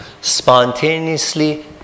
spontaneously